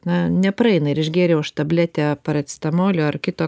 na nepraeina ir išgėriau aš tabletę paracetamolio ar kito